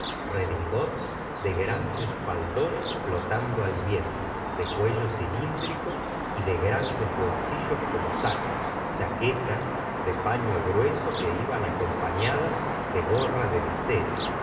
de grandes faldones flotando al viento de cuello cilíndrico y de grandes bolsillos como sacos chaquetas de paño grueso que iban acompañadas de gorra de visera